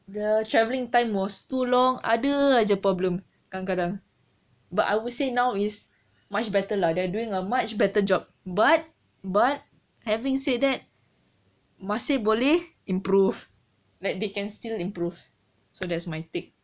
the travelling time was too long ada jer problem kadang-kadang but I would say now is much better lah they're doing a much better job but but having said that masih boleh improve that they can still improve so that's my take